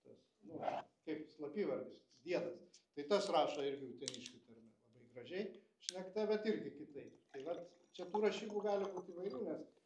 tas nu kaip slapyvardis diedas tai tas rašo irgi uteniškių tarme labai gražiai šnekta bet irgi kitaip tai vat čia tų rašybų gali būt įvairių nes